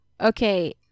Okay